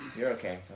you're okay.